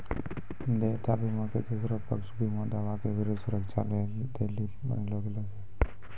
देयता बीमा के तेसरो पक्ष बीमा दावा के विरुद्ध सुरक्षा दै लेली बनैलो गेलौ छै